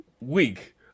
week